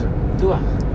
tu ah